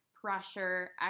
pressure